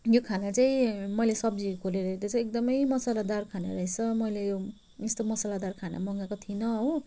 यो खाना चाहिँ मैले सब्जी खोलेर हेर्दा चाहिँ एकदमै मसलादार खाना रहेछ मैले यो यस्तो मसलादार खाना मगाएको थिइनँ हो